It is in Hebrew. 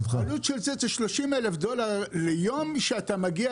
העלות של זה היא 30,000 דולר ליום כשאתה מגיע